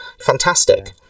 Fantastic